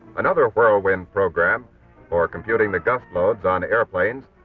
another whirlwind program for computing the gust loads on airplanes,